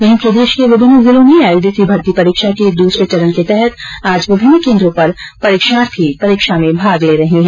वहीं प्रदेश के विभिन्न जिलों में एलडीसी भर्ती परीक्षा के दूसरे चरण के तहत आज विभिन्न केन्द्रों पर परीक्षार्थी परीक्षा में भाग ले रहे है